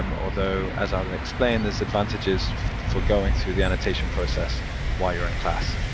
um although, as i'll explain, there's advantages for going through the annotation process while you're in class,